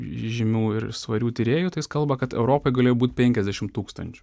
žymių ir svarių tyrėjų tai jis kalba kad europoj galėjo būt penkiasdešim tūkstančių